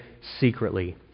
secretly